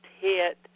hit